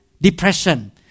depression